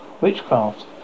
witchcraft